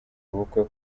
ubukwe